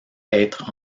être